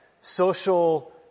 social